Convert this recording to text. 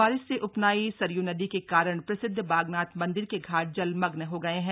बारिश से उफनाई सरयू नदी के कारण प्रसिद्ध बागनाथ मंदिर के घाट जलमग्न हो गए हैं